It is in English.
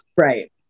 Right